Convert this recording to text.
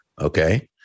Okay